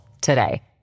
today